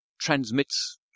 transmits